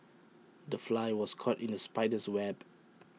the fly was caught in the spider's web